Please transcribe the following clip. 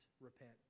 repent